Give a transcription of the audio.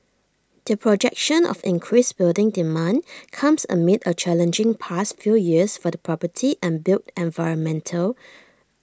the projection of increased building demand comes amid A challenging past few years for the property and built environment